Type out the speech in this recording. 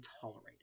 tolerated